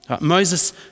Moses